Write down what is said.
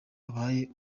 abaye